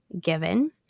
given